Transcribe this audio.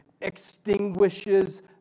extinguishes